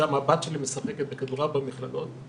שם הבת שלי משחקת כדורעף במכללות.